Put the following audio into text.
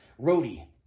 roadie